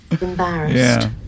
Embarrassed